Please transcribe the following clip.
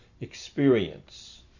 experience